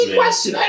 question